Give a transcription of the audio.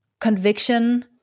conviction